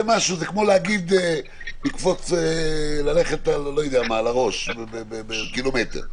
זה כמו להגיד ללכת על הראש קילומטר.